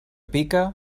pica